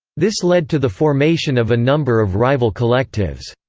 this led to the formation of a number of rival collectives.